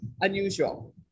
unusual